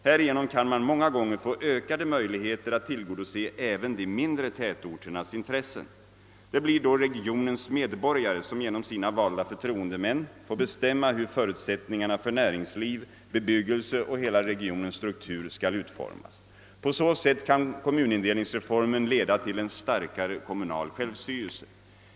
Härigenom kan man många gånger få ökade möjligheter att tillgodose även de mindre tätorternas intressen. Det blir då regionens medborgare som genom sina valda förtroendemän får bestämma hur förutsättningarna för näringsliv, bebyggelse och hela regionens struktur skall utformas. På så sätt kan kommunindelningsreformen leda till en starkare kommunal självstyrelse.